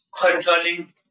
Controlling